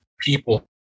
people